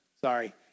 Sorry